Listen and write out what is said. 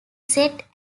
set